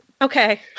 Okay